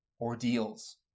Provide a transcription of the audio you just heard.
ordeals